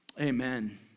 Amen